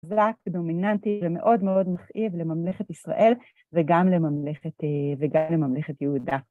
דומיננטי ומאוד מאוד מכאיב לממלכת ישראל וגם לממלכת יהודה.